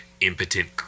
impotent